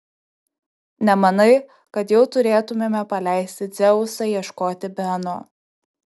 nemanai kad jau turėtumėme paleisti dzeusą ieškoti beno